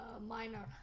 Minor